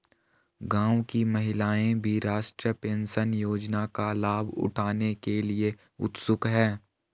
गांव की महिलाएं भी राष्ट्रीय पेंशन योजना का लाभ उठाने के लिए उत्सुक हैं